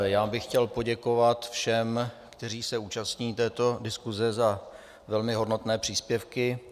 Já bych chtěl poděkovat všem, kteří se účastní této diskuze, za velmi hodnotné příspěvky.